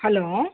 hello